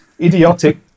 idiotic